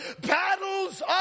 battles